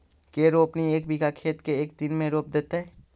के रोपनी एक बिघा खेत के एक दिन में रोप देतै?